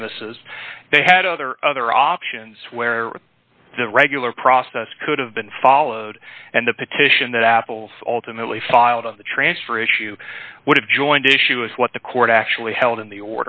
as they had other other options where the regular process could have been followed and the petition that apple's ultimately filed on the transfer issue would have joined issue is what the court actually held in the